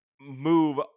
move